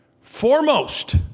foremost